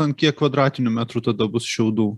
ant kiek kvadratinių metrų tada bus šiaudų